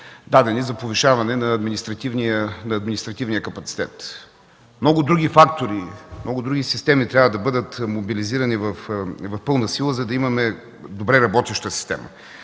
дадени за повишаване на административния капацитет. Много други фактори, много други системи трябва да бъдат мобилизирани в пълна сила, за да имаме добре работеща система,